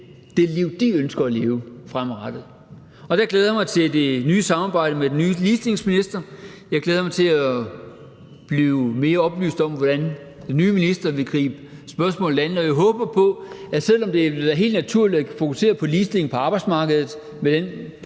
det liv, de ønsker at leve fremadrettet, og der glæder jeg mig til det nye samarbejde med den nye ligestillingsminister. Jeg glæder mig til at blive mere oplyst om, hvordan den nye minister vil gribe spørgsmålet an, og jeg håber på, at ministeren, selv om det ville være helt naturligt at fokusere på ligestilling på arbejdsmarkedet